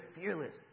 fearless